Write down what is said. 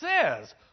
says